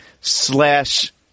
slash